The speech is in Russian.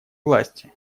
власти